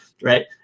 right